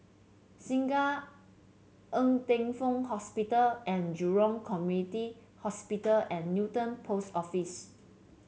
Segar Ng Teng Fong Hospital and Jurong Community Hospital and Newton Post Office